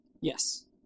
Yes